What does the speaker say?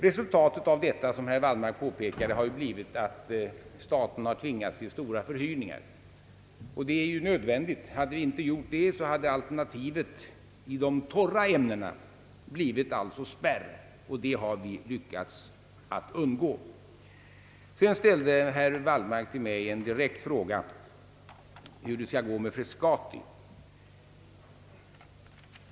Resultatet har blivit, såsom herr Wallmark påpekade, att staten tvingats till stora förhyrningar. Och detta har varit nödvändigt — hade vi inte gjort det skulle alternativet i de »torra» ämnena ha blivit spärr, något som vi nu lyckats undgå. Sedan ställde herr Wallmark en direkt fråga till mig om hur det skall gå med Frescati.